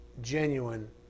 genuine